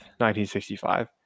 1965